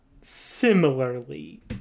similarly